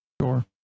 Sure